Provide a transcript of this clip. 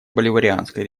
боливарианской